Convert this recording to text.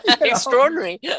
Extraordinary